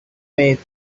faith